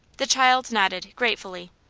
the child nodded, gratefully.